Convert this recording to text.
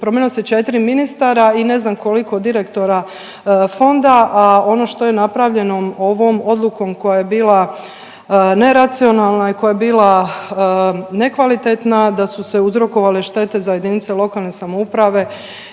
promijenilo se 4 ministara i ne znam koliko direktora fonda, a ono što je napravljeno ovom odlukom koja je bila neracionalna i koja je bila nekvalitetna da su se uzrokovale štete za jedinice lokalne samouprave